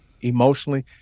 emotionally